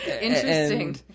Interesting